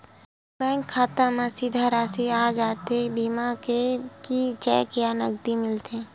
Bank खाता मा सीधा राशि आ जाथे बीमा के कि चेक या नकदी मिलथे?